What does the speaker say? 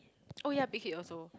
oh yea Big-Hit also